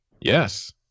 Yes